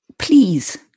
Please